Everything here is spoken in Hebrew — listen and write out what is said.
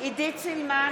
עידית סילמן,